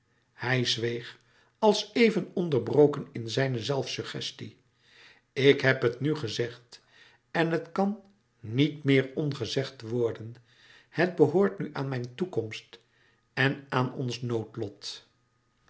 hij zweeg als even onderbroken in zijne zelfsuggestie louis couperus metamorfoze ik heb het nu gezegd en het kan niet meer ongezegd worden het behoort nu aan mijn toekomst en aan ons noodlot